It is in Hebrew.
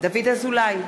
דוד אזולאי,